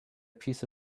piece